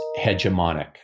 hegemonic